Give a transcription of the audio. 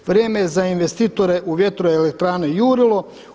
Vrijeme je za investitore u vjetroelektrani Jurilo.